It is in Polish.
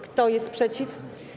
Kto jest przeciw?